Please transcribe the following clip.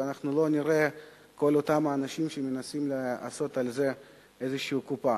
ושאנחנו לא נראה את כל אותם אנשים שמנסים לעשות על זה איזושהי קופה.